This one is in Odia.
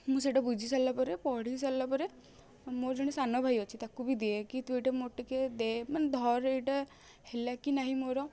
ମୁଁ ସେଇଟା ବୁଝି ସାରିଲା ପରେ ପଢ଼ି ସାରିଲା ପରେ ମୋର ଜଣେ ସାନ ଭାଇ ଅଛି ତାକୁ ବି ଦିଏ କି ତୁ ମୋର ଟିକେ ଦେ ମାନେ ଧରେ ଏଇଟା ହେଲା କି ନାହିଁ ମୋର